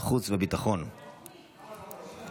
(מתן